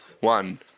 One